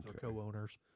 co-owners